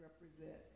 represent